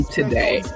today